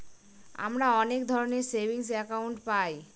আমরা অনেক ধরনের সেভিংস একাউন্ট পায়